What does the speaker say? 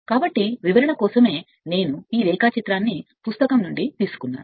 కాబట్టి ఇది వివరణ కోసమే నేను ఈ రేఖాచిత్రాన్ని పుస్తకం నుండి తీసుకున్నాను